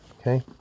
Okay